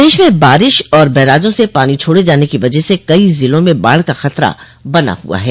प्रदेश में बारिश और बैराजों से पानी छोड़े जाने की वजह से कई ज़िलों में बाढ़ का खतरा बना हुआ है